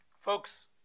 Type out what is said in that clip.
Folks